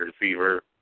receiver